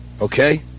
Okay